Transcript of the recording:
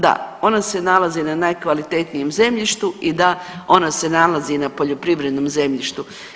Da, ona se nalazi na najkvalitetnijem zemljištu i da ona se nalazi na poljoprivrednom zemljištu.